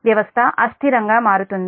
వ్యవస్థ అస్థిరంగా మారుతుంది